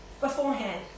beforehand